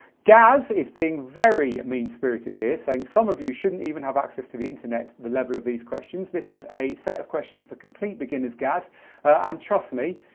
gaz is being very mean-spirited here, saying some of you shouldn't even have access to the internet, the level of these questions. this is a set of questions for complete beginners, gaz and trust me,